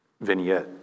vignette